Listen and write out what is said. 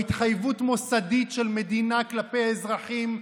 מוסדית של מדינה כלפי אזרחים,